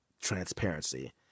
transparency